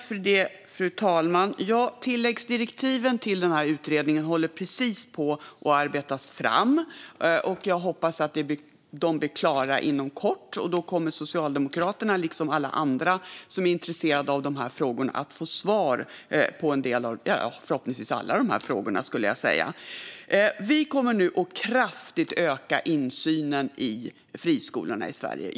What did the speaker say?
Fru talman! Tilläggsdirektiven till den här utredningen håller precis på att arbetas fram. Jag hoppas att de blir klara inom kort. Då kommer Socialdemokraterna, liksom alla andra som är intresserade av dessa frågor, att få svar på förhoppningsvis alla frågor. Vi kommer nu att kraftigt öka insynen i friskolorna i Sverige.